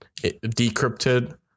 decrypted